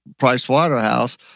Pricewaterhouse